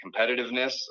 competitiveness